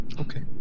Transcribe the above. Okay